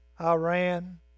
Iran